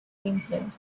queensland